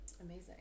amazing